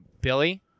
Billy